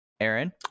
Aaron